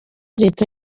leta